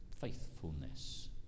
faithfulness